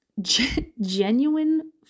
genuine